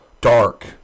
dark